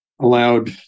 allowed